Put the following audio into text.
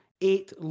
eight